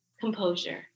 composure